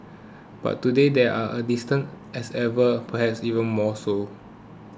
but today they are as distant as ever perhaps even more so